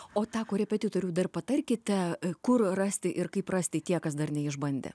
o tą korepetitorių dar patarkite kur rasti ir kaip rasti tie kas dar neišbandė